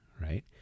right